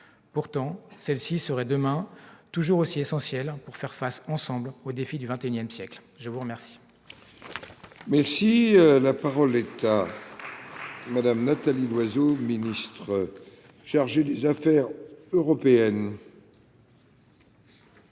Pourtant, celle-ci sera demain toujours aussi essentielle pour faire face ensemble aux défis du XXI siècle. La parole